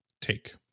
take